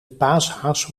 paashaas